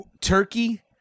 Turkey